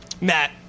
Matt